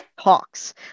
talks